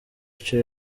icyo